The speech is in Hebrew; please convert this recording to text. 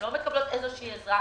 הן לא מקבלות שום עזרה,